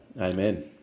Amen